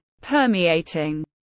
permeating